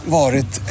varit